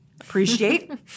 appreciate